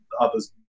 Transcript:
others